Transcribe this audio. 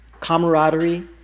camaraderie